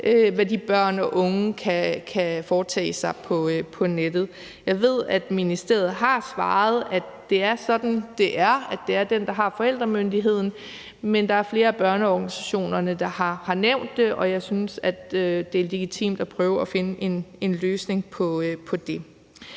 hvad de børn og unge kan foretage sig på nettet. Jeg ved, at ministeriet har svaret, at det er sådan, det er, altså at det er hos den, der har forældremyndigheden, men der er flere af børneorganisationerne, der har nævnt det, og jeg synes, det er legitimt at prøve at finde en løsning på det.